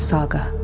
Saga